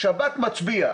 שב"כ מצביע,